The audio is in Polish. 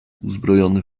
uzbrojony